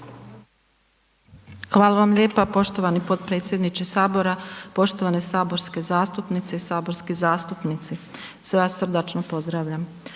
Hvala vam lijepa poštovani potpredsjedniče Sabora, poštovane saborske zastupnice i saborski zastupnici, sve vas srdačno pozdravljam.